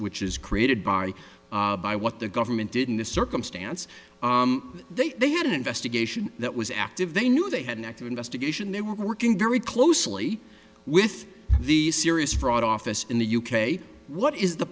which is created by by what the government didn't the circumstance they they had an investigation that was active they knew they had an active investigation they were working very closely with the serious fraud office in the u k what is the